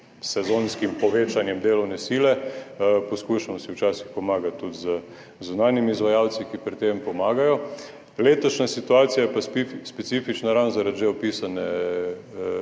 sezonskim povečanjem delovne sile. Poskušamo si včasih pomagati tudi z zunanjimi izvajalci, ki pri tem pomagajo. Letošnja situacija je pa specifična ravno zaradi že opisane